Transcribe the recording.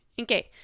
Okay